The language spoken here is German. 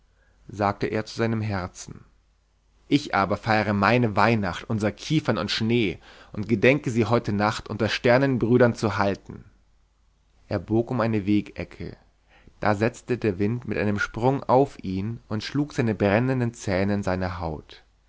sagte er zu seinem herzen ich aber feiere meine weihnacht unser kiefern und schnee und gedenke sie heute nacht unter sternenbrüdern zu halten er bog um eine wegecke da setzte der wind mit einem sprung auf ihn und schlug seine brennenden zähne in seine haut